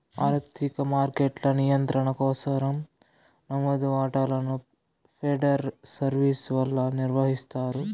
ఆర్థిక మార్కెట్ల నియంత్రణ కోసరం నమోదు వాటాలను ఫెడరల్ సర్వీస్ వల్ల నిర్వహిస్తారు